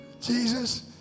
Jesus